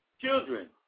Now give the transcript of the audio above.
children